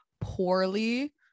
poorly